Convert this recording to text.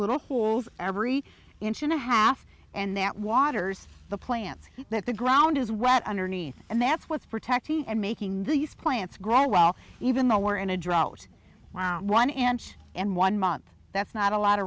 little pools every inch and a half and that water's the plants that the ground is wet underneath and that's what's protecting and making these plants grow even though we're in a drought one inch and one month that's not a lot of